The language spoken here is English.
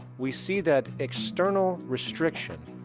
we see that external restriction,